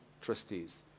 trustees